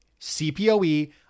CPOE